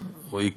אסור שיתרחשו.